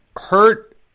hurt